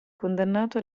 condannato